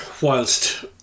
whilst